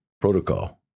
protocol